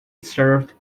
served